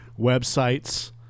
Websites